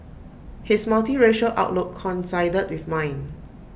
his multiracial outlook coincided with mine